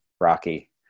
Rocky